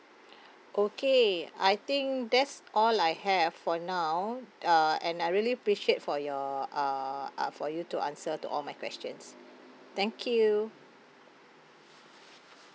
okay I think that's all I have for now uh and I really appreciate for your uh uh for you to answer to all my questions thank you